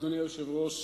אדוני היושב-ראש,